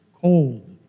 cold